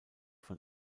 von